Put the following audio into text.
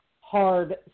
hard